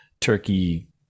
turkey